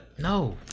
No